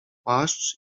płaszcz